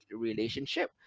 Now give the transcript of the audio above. relationship